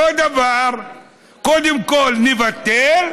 אותו דבר: קודם כול נבטל,